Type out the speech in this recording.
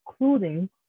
including